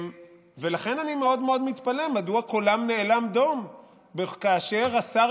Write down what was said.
לכן אני מאוד מאוד מתפלא מדוע קולם נאלם דום כאשר השר